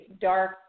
dark